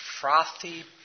frothy